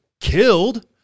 killed